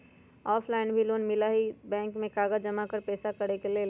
Offline भी loan मिलहई bank में कागज जमाकर पेशा करेके लेल?